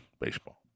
baseball